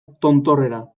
tontorrera